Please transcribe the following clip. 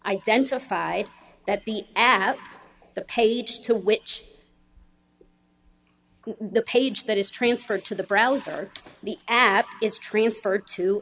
identified that the at the page to which the page that is transferred to the browser the app is transferred to